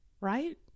right